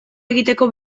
egiteko